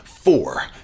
four